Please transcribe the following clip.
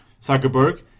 Zuckerberg